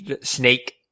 Snake